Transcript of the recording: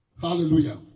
Hallelujah